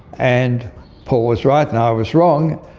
and paul was right and i was wrong,